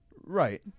right